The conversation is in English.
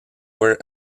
were